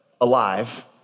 alive